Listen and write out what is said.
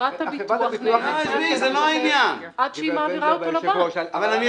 חברת הביטוח נהנית מהכסף עד שהיא מעבירה אותו לבנק.